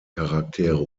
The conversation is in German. charaktere